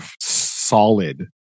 solid